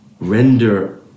render